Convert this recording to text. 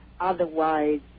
otherwise